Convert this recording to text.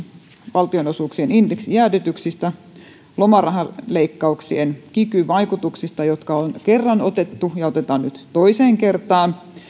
valtionosuuksien indeksijäädytyksistä niiden lomarahaleikkauksien kiky vaikutuksista jotka on kerran otettu ja otetaan nyt toiseen kertaan